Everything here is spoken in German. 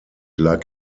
lag